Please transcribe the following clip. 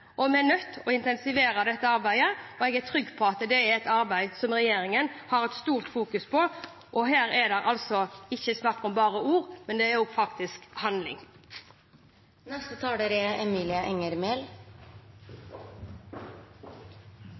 overgrep. Vi er nødt til å intensivere arbeidet, og jeg er trygg på at dette er et arbeid regjeringen fokuserer sterkt på. Her er det ikke bare snakk om ord, men faktisk også om handling. Vold og overgrep er en type kriminalitet som er ekstremt ødeleggende for dem som blir utsatt for det,